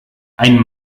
ein